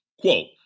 Quote